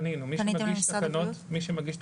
אז נכון שבתי הספר ימצאו פעילויות שמתאימות לכלל